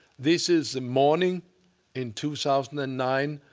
this is the morning in two thousand and nine,